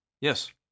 Yes